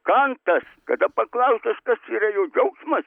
kantas kada paklaustas kas yra jo džiaugsmas